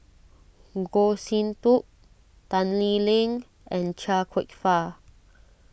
Goh Sin Tub Tan Lee Leng and Chia Kwek Fah